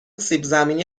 سیبزمینی